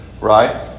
Right